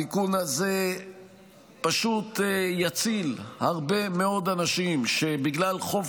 התיקון הזה פשוט יציל הרבה מאוד אנשים שבגלל חוב